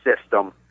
system